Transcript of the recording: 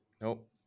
Nope